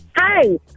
Hi